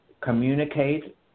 communicate